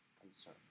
concern